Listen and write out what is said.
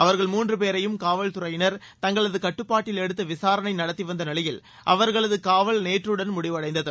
அவர்கள் மூன்று பேரையும் காவல்துறையினர் தங்களது கட்டுப்பாட்டில் எடுத்து விசாரணை நடத்தி வந்த நிலையில் அவர்களது காவல் நேற்றடன் முடிவடைந்தது